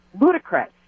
ludicrous